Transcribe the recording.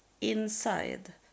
inside